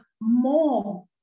more